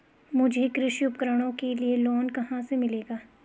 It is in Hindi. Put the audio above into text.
मुझे कृषि उपकरणों के लिए लोन कहाँ से मिलेगा?